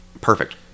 perfect